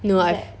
no I